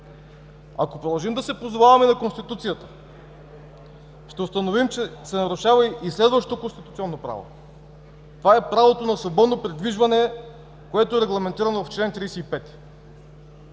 Ако продължим да се позоваваме на Конституцията, ще установим, че се нарушава и следващо конституционно право – правото на свободно придвижване, което е регламентирано в чл. 35.